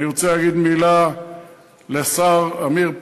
אני רוצה להגיד מילה על השר עמיר פרץ,